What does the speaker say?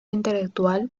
intelectual